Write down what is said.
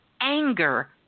anger